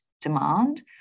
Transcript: demand